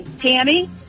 Tammy